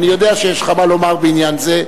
אני יודע שיש לך מה לומר בעניין זה,